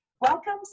Welcome